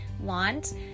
want